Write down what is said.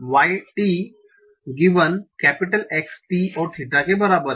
X t और theta के बराबर है